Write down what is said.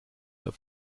that